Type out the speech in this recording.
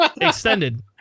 Extended